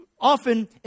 often